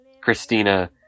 Christina